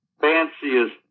fanciest